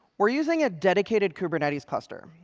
we're using a dedicated kubernetes cluster.